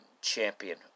champion